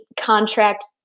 contract